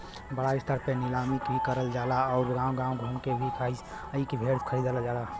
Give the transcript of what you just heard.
बड़ा स्तर पे नीलामी भी करल जाला आउर गांव गांव घूम के भी कसाई भेड़ खरीदलन